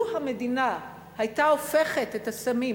לו המדינה היתה הופכת את הסמים,